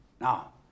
Now